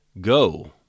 Go